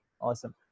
Awesome